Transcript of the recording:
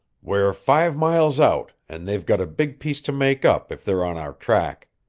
we're five miles out, and they've got a big piece to make up if they're on our track.